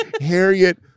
Harriet